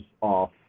off